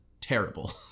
terrible